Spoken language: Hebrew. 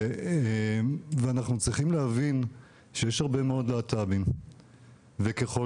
ואנחנו צריכים להבין שיש הרבה מאוד להט"בים וככל